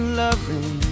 loving